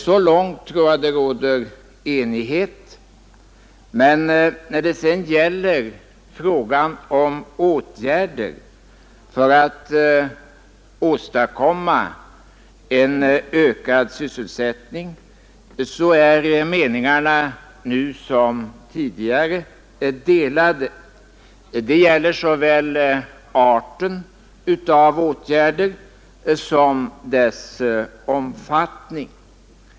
Så långt tror jag det råder enighet. Men när det sedan gäller frågan om åtgärder för att åstadkomma en ökad sysselsättning är meningarna nu som tidigare delade; det gäller såväl arten av åtgärder som deras omfattning.